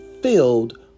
filled